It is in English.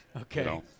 Okay